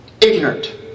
ignorant